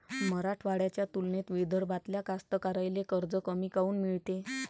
मराठवाड्याच्या तुलनेत विदर्भातल्या कास्तकाराइले कर्ज कमी काऊन मिळते?